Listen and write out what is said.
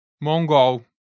Mongol